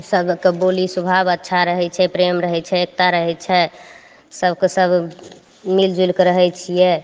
सबके बोली स्वभाव अच्छा रहय छै प्रेम रहय छै एकता रहय छै सबके सब मिलि जुलिके रहय छियै